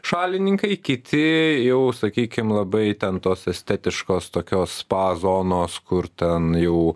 šalininkai kiti jau sakykim labai ten tos estetiškos tokios spa zonos kur ten jau